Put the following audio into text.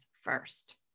first